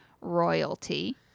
royalty